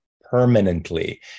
permanently